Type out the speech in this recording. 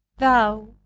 thou,